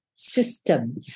System